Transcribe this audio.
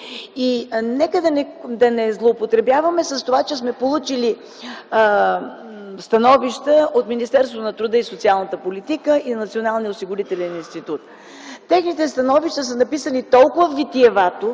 Нека да не злоупотребяваме с това, че сме получили становища от Министерството на труда и социалната политика и от Националния осигурителен институт. Техните становища са написали толкова витиевато